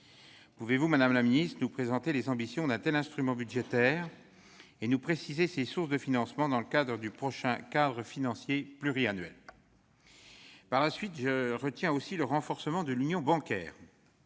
Pouvez-vous, madame la secrétaire d'État, nous présenter les ambitions d'un tel « instrument budgétaire » et nous préciser ses sources de financement dans la perspective du prochain cadre financier pluriannuel ? Je retiens ensuite le renforcement de l'union bancaire.